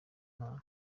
mpano